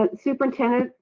um superintendent,